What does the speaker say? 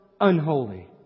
unholy